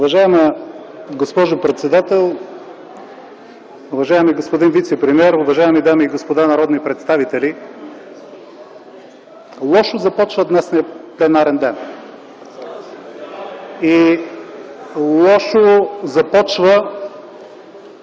Уважаема госпожо председател, уважаеми господин вицепремиер, уважаеми дами и господа народни представители! Лошо започва днешният пленарен ден. За това